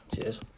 Cheers